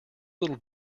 little